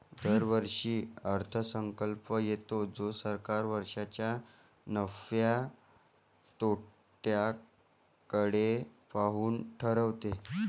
दरवर्षी अर्थसंकल्प येतो जो सरकार वर्षाच्या नफ्या तोट्याकडे पाहून ठरवते